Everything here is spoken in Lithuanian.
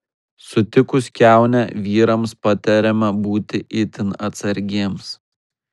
sutikus kiaunę vyrams patariama būti itin atsargiems